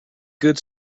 good